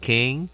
King